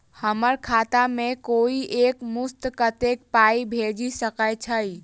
हम्मर खाता मे कोइ एक मुस्त कत्तेक पाई भेजि सकय छई?